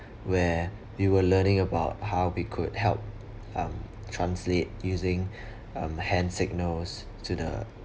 where we were learning about how we could help um translate using um hand signals to the